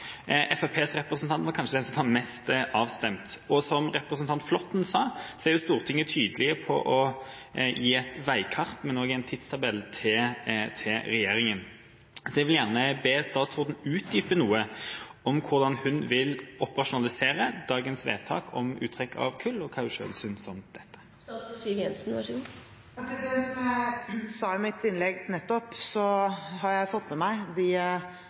representant var kanskje den som var mest avstemt. Som representanten Flåtten sa, er Stortinget tydelig på å gi et veikart, men også en tidstabell til regjeringa. Så jeg vil gjerne be statsråden utdype hvordan hun vil operasjonalisere dagens vedtak om uttrekk av kull, og hva hun selv synes om dette. Som jeg sa i mitt innlegg nettopp, har jeg fått med meg de